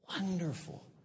wonderful